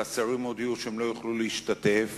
והשרים הודיעו שהם לא יוכלו להשתתף,